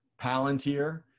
Palantir